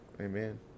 Amen